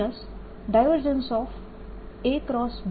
W120dr B